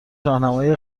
راهنمای